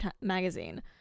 magazine